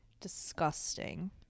Disgusting